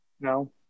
no